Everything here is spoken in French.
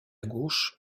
gauche